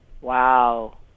wow